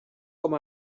com